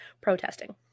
Protesting